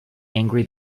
angry